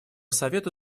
совету